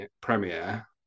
premiere